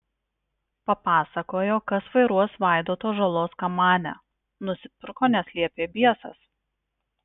papasakojo kas vairuos vaidoto žalos kamanę nusipirko nes liepė biesas